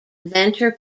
inventor